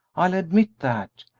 i'll admit that,